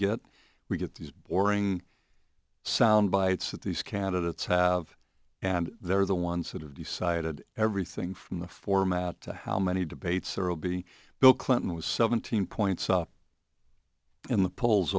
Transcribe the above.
get we get these boring soundbites that these candidates have and they're the ones that have decided everything from the format to how many debates there will be bill clinton was seventeen points up in the polls